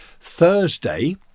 Thursday